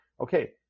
okay